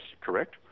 correct